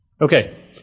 Okay